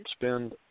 spend